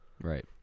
Right